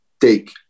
take